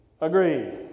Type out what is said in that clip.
Agreed